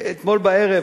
אתמול בערב,